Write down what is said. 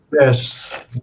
Yes